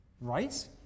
right